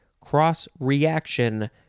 cross-reaction